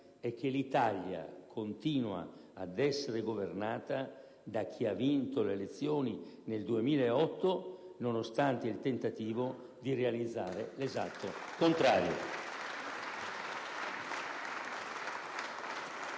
è che l'Italia continua ad essere governata da chi ha vinto le elezioni nel 2008 nonostante il tentativo di realizzare l'esatto contrario.